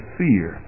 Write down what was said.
fear